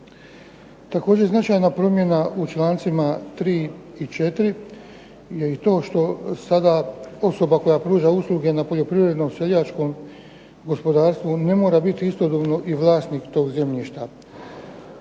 Također značajna promjena u člancima 3. i 4. je i to što sada osoba koja pruža usluge na poljoprivrednom seljačkom gospodarstvu ne mora biti istodobno i vlasnik toga zemljišta.